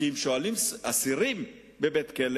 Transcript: כי אם שואלים אסירים בבית-כלא,